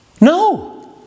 No